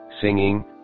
singing